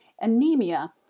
anemia